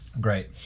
Great